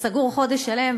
שסגור שם חודש שלם,